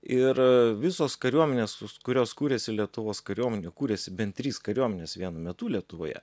ir visos kariuomenės kurios kūrėsi lietuvos kariuomenė kūrėsi bent trys kariuomenės vienu metu lietuvoje